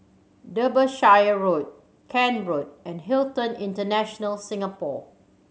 Derbyshire Road Kent Road and Hilton International Singapore